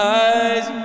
eyes